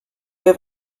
have